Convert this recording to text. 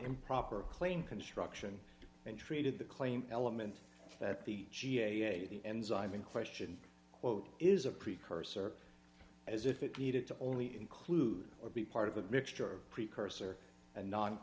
improper claim construction and treated the claim element that the ga the enzyme in question quote is a precursor as if it needed to only include or be part of a mixture of precursor and non